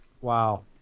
wow